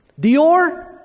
Dior